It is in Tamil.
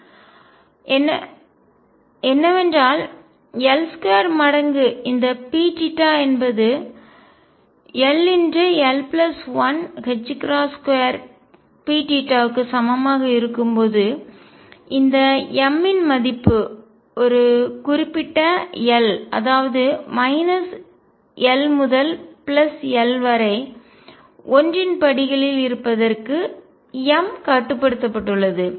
இது என்னவென்றால் L2 மடங்கு இந்த P θ என்பது l l பிளஸ் 1 2 Pθ க்கு சமமாக இருக்கும்போது இந்த m இன் மதிப்பு ஒரு குறிப்பிட்ட l அதாவது l முதல் l வரை ஒன்றின் படிகளில் இருப்பதற்கு m கட்டுப்படுத்தப்பட்டுள்ளது